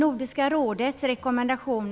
Fru talman!